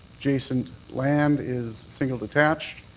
adjacent land is single detached.